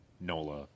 NOLA